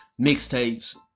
mixtapes